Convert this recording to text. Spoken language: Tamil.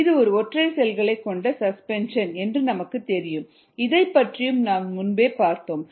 இது ஒரு ஒற்றை செல்களை கொண்ட சஸ்பென்ஷன் என்று நமக்கு தெரியும் இதைப் பற்றியும் நாம் முன்பே பார்த்தோம்